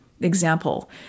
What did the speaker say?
example